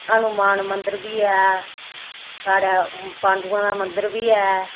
हनुमान मंदर बी ऐ साढ़ै पांडुएं दा मंदर बी ऐ